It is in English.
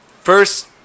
first